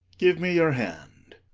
give me your hand.